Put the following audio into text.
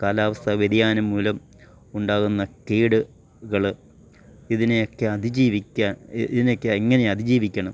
കാലാവസ്ഥാ വ്യതിയാനം മൂലം ഉണ്ടാകുന്ന കേടുകള് ഇതിനെയൊക്കെ അതിജീവിക്കാൻ ഇതിനേക്ക്യാ എങ്ങനെ അതിജീവിക്കണം